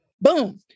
boom